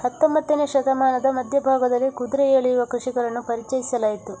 ಹತ್ತೊಂಬತ್ತನೇ ಶತಮಾನದ ಮಧ್ಯ ಭಾಗದಲ್ಲಿ ಕುದುರೆ ಎಳೆಯುವ ಕೃಷಿಕರನ್ನು ಪರಿಚಯಿಸಲಾಯಿತು